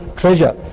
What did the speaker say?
treasure